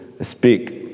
speak